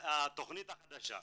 באה התכנית החדשה,